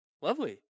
Lovely